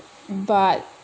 but